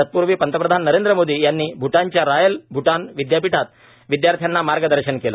तत्पूर्वी पंतप्रधान नरेंद्र मोदी यांनी भ्टानच्या रॉयल भ्टान विद्यापीठात विद्याश्र्यांना मार्गदर्शन केलं